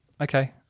okay